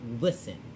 listen